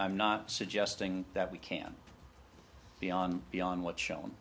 i'm not suggesting that we can beyond beyond what's shown